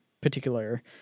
particular